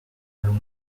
allons